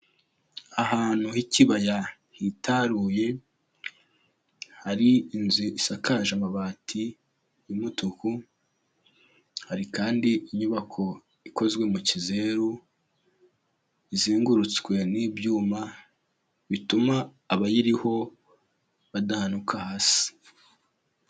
Ahantu h'ikibaya hitaruye, hari inzu isakaje amabati y'umutuku, hari kandi inyubako ikozwe mu kizeru, izengurutswe n'ibyuma bituma abayiriho badahanuka hasi.